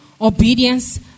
obedience